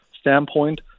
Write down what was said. standpoint